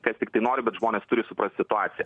kas tiktai nori bet žmonės turi suprast situaciją